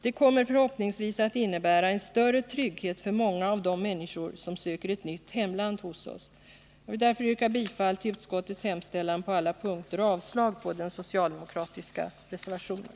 Det kommer förhoppningsvis att innebära en större trygghet för många av de människor som söker ett nytt hemland hos oss. Jag vill därför yrka bifall till utskottets hemställan på alla punkter och avslag på den socialdemokratiska reservationen.